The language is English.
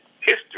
history